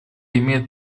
имеет